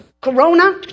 Corona